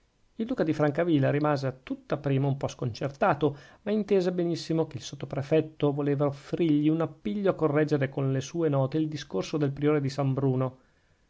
il duca di francavilla rimase a tutta prima un po sconcertato ma intese benissimo che il sottoprefetto voleva offrirgli un appiglio a correggere con le sue note il discorso del priore di san bruno